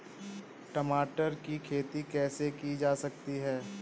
टमाटर की खेती कैसे की जा सकती है?